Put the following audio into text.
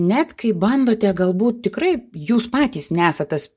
net kai bandote galbūt tikrai jūs patys nesat tas